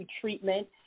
treatment